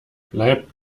bleibt